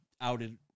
outed